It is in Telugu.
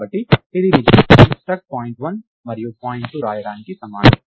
కాబట్టి ఇది నిజానికి struct point1 మరియు point2 రాయడానికి సమానం